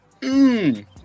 mmm